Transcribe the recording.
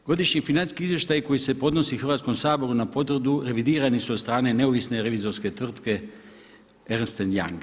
Godišnji financijski izvještaj koji se podnosi Hrvatskom saboru na potvrdu revidirani su od strane neovisne revizorske tvrtke Ernst & Young.